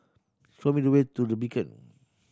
show me the way to The Beacon